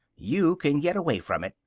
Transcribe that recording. you can get away from it,